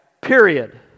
period